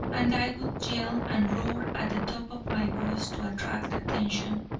and i would yell, and roar at the top of my voice to attract attention,